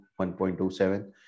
1.27